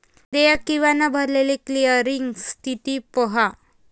देयक किंवा न भरलेली क्लिअरिंग स्थिती पहा